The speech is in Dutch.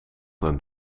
een